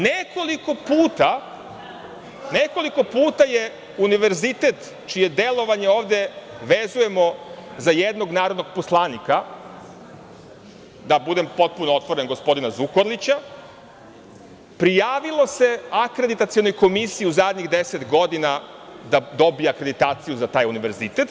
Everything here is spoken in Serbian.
Nekoliko puta se univerzitet čije delovanje ovde vezujemo za jednog narodnog poslanika, da budem potpuno otvoren gospodina Zukorlića, prijavio Akreditacionoj komisiji u zadnjih 10 godina da dobije akreditaciju za taj univerzitet.